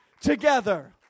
together